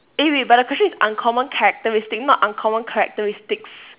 eh wait wait but the question is uncommon characteristic not uncommon characteristics